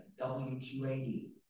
WQAD